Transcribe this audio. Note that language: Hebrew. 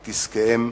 את עסקם,